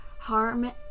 harm